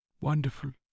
Wonderful